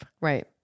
Right